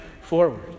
forward